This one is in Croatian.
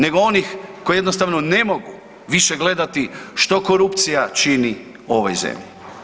Nego onih koji jednostavno više ne mogu više gledati što korupcija čini ovoj zemlji.